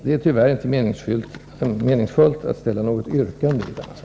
Det är tyvärr inte meningsfullt att framställa något yrkande i denna sak.